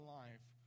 life